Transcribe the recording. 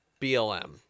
BLM